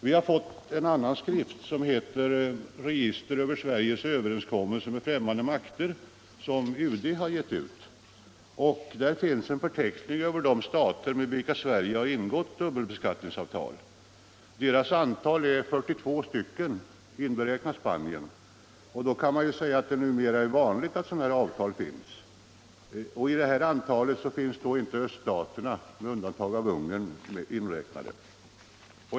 Vi har fått en annan skrift, som heter Register över Sveriges överenskommelser med främmande makter, som UD har gett ut. Där finns en förteckning över de stater med vilka Sverige har ingått dubbelbeskattningsavtal. Deras antal är 42, inberäknat Spanien, och man kan alltså säga att det numera är vanligt att sådana här avtal finns. I siffran 42 finns inte öststaterna — med undantag av Ungern — inräknade.